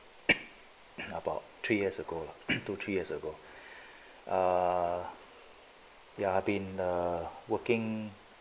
about three years ago two three years ago err ya I've been err working